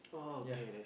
ya